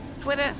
Twitter